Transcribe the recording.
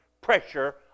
pressure